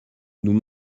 nous